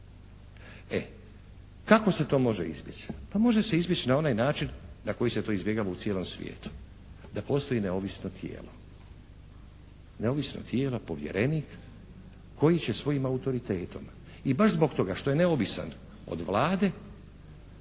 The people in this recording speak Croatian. E, kako se to može izbjeći? Pa može se izbjeći na onaj način na koji se to izbjegava u cijelom svijetu da postoji neovisno tijelo. Neovisno tijelo povjerenik koji će svojim autoritetom i baš zbog toga što je neovisan od Vlade